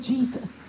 Jesus